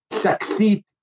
succeed